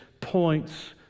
points